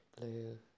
blue